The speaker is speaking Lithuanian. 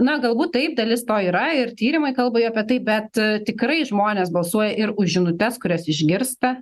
na galbūt taip dalis to yra ir tyrimai kalba jau apie tai bet tikrai žmonės balsuoja ir už žinutes kurias išgirsta